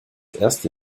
erste